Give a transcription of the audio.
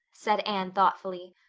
said anne thoughtfully.